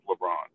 LeBron